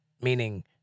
Meaning